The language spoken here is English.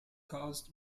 caused